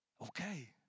Okay